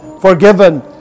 forgiven